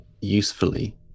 usefully